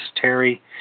Terry